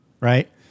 right